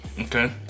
Okay